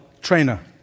trainer